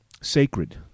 sacred